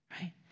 right